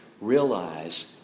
realize